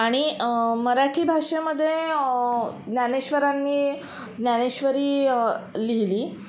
आणि मराठी भाषेमध्ये ज्ञानेश्वरांनी ज्ञानेश्वरी लिहिली